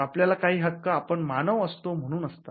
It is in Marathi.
आपल्याला काही हक्क आपण मानव असतो म्हणून असतात